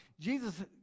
Jesus